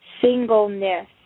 Singleness